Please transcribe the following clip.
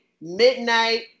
midnight